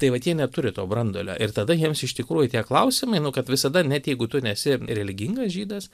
tai vat jie neturi to branduolio ir tada jiems iš tikrųjų tie klausimai nu kad visada net jeigu tu nesi religingas žydas